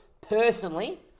Personally